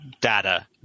data